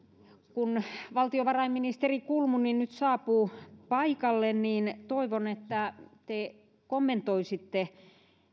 kun valtiovarainministeri kulmuni nyt saapuu paikalle niin toivon että te kommentoisitte